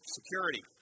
security